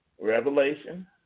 Revelation